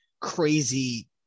crazy